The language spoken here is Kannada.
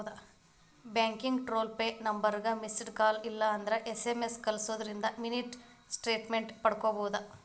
ಬ್ಯಾಂಕಿಂದ್ ಟೋಲ್ ಫ್ರೇ ನಂಬರ್ಗ ಮಿಸ್ಸೆಡ್ ಕಾಲ್ ಇಲ್ಲಂದ್ರ ಎಸ್.ಎಂ.ಎಸ್ ಕಲ್ಸುದಿಂದ್ರ ಮಿನಿ ಸ್ಟೇಟ್ಮೆಂಟ್ ಪಡ್ಕೋಬೋದು